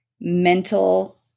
mental